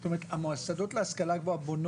זאת אומרת המוסדות להשכלה גבוהה בונים